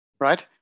right